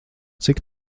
cik